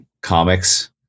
comics